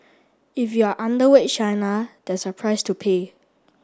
if you are underweight China there's a price to pay